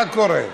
מה קורה?